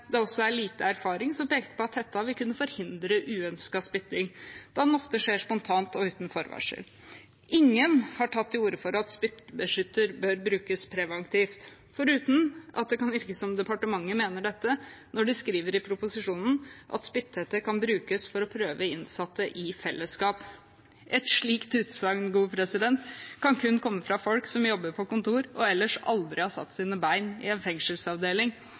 det også er lite erfaring som peker på at hetten vil kunne forhindre uønsket spytting, da det ofte skjer spontant og uten forvarsel. Ingen har tatt til orde for at spyttbeskytter bør brukes preventivt, foruten at det kan virke som departementet mener dette når de skriver i proposisjonen at spytthette kan brukes for å prøve innsatte i fellesskap. Et slikt utsagn kan kun komme fra folk som jobber på kontor og ellers aldri har satt sine bein i en fengselsavdeling.